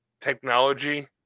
technology